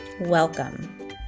Welcome